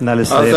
נא לסיים, אדוני.